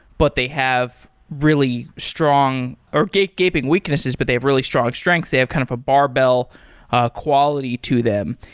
but they have really strong or gaping weaknesses, but they have really strong strengths. they have kind of a barbell ah quality to them.